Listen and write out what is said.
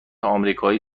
امریکایی